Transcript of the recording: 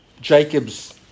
Jacob's